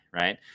right